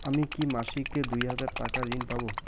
আমি কি মাসিক দুই হাজার টাকার ঋণ পাব?